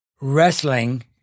Wrestling